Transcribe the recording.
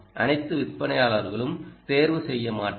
அனைத்து விற்பனையாளர்களும் தேர்வு செய்ய மாட்டார்கள்